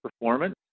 Performance